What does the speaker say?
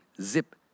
Zip